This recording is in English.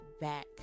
back